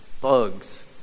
bugs